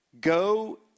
Go